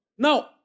Now